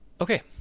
Okay